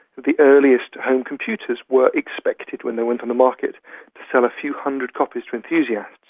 the earliest home computers were expected when they went on the market to sell a few hundred copies to enthusiasts.